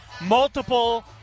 multiple